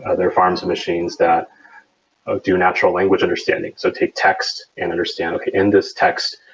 ah they're farms and machines that do natural language understanding. so take text and understand, okay. in this text,